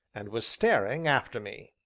and was staring after me.